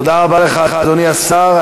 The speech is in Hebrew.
תודה רבה לך, אדוני השר.